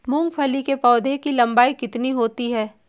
मूंगफली के पौधे की लंबाई कितनी होती है?